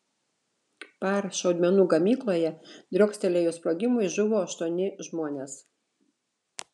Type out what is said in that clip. par šaudmenų gamykloje driokstelėjus sprogimui žuvo aštuoni žmonės